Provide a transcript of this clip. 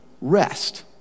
Rest